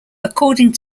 according